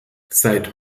seit